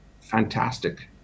fantastic